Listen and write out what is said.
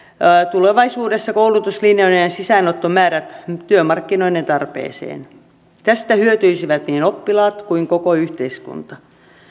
tulevaisuudessa koulutuslinjojen sisäänottomäärät työmarkkinoiden tarpeeseen tästä hyötyisivät niin oppilaat kuin koko yhteiskunta